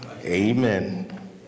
Amen